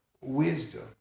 wisdom